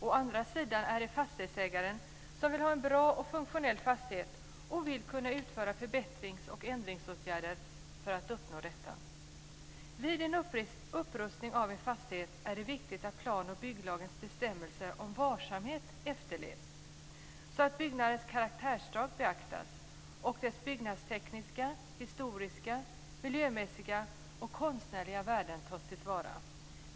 Å andra sidan vill fastighetsägaren ha en bra och funktionell fastighet och kunna utföra förbättrings och ändringsåtgärder för att uppnå detta. Vid en upprustning av en fastighet är det viktigt att plan och bygglagens bestämmelser om varsamhet efterlevs, så att byggnadens karaktärsdrag beaktas och dess byggnadstekniska, historiska, miljömässiga och konstnärliga värden tas till vara.